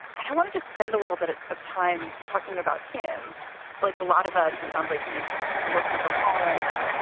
and i want to just spend a little bit of time talking about him like a lot of us. it sounds like he's. working from home,